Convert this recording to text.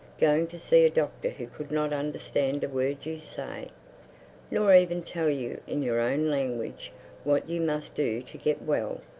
going to see a doctor who could not understand a word you say nor even tell you in your own language what you must do to get well!